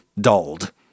dulled